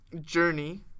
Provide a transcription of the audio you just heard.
journey